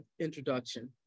introduction